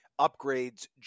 upgrades